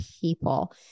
people